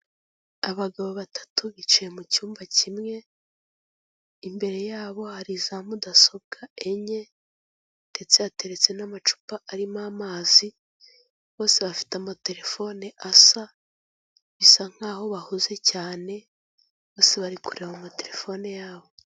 Abagabo batatu bicaye mu cyumba kimwe, imbere yabo hari za mudasobwa enye, ndetse hateretse n'amacupa arimo amazi, bose bafite amatelefone asa, bisa nkaho bahuze cyane, bose bari kureba matelefone yabo.